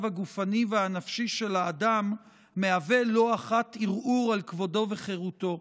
הגופני והנפשי של האדם מהווה לא אחת ערעור על כבודו וחירותו.